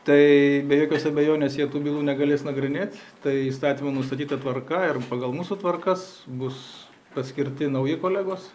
tai be jokios abejonės jie tų bylų negalės nagrinėt tai įstatymų nustatyta tvarka ir pagal mūsų tvarkas bus paskirti nauji kolegos